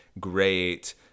Great